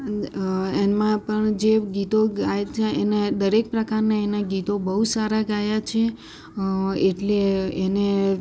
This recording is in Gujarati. એમાં પણ જે ગીતો ગાય છે એને દરેક પ્રકારનાં એનાં ગીતો બહુ સારા ગાયા છે એટલે એને